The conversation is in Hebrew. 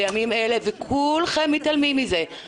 בימים אלה וכולכם מתעלמים מזה,